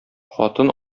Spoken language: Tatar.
хатын